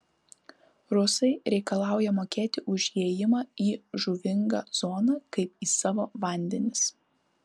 rusai reikalauja mokėti už įėjimą į žuvingą zoną kaip į savo vandenis